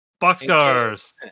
Boxcars